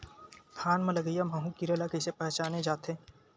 धान म लगईया माहु कीरा ल कइसे पहचाने जाथे?